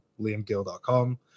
liamgill.com